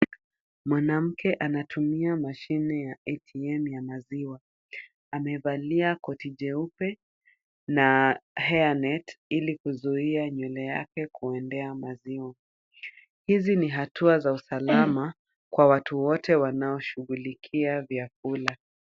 Mwanamke anatumia mashine ya ATM ya maziwa ,amevalia koti jeupe na hairnet ili kuzuia nywele yake kuendea maziwa, hizi ni hatua za usalama kwa watu wote wanaoshughlikia vyakula.